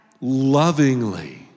lovingly